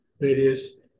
various